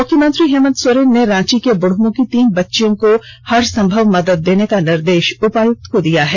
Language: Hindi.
मुख्यमंत्री हेमंत सोरेन ने रांची के बुढ़मू की तीन बच्चियों को हर संभव मदद देने का निर्देष उपायुक्त को दिया है